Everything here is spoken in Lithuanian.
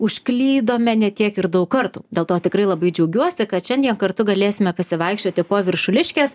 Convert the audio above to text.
užklydome ne tiek ir daug kartų dėl to tikrai labai džiaugiuosi kad šiandien kartu galėsime pasivaikščioti po viršuliškes